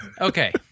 okay